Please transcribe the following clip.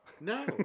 No